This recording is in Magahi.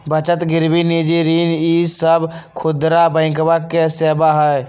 बचत गिरवी निजी ऋण ई सब खुदरा बैंकवा के सेवा हई